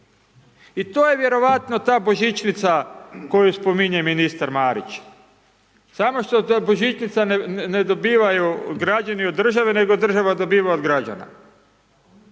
I to je vjerojatno ta božićnica koju spominje ministar Marić, samo što ta božićnica ne dobivanju građani od države, nego država dobiva od građana.